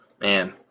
Man